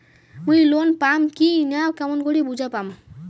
মুই লোন পাম কি না কেমন করি বুঝা পাম?